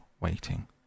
waiting